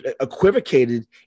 equivocated